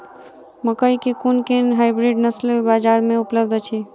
मकई केँ कुन केँ हाइब्रिड नस्ल बजार मे उपलब्ध अछि?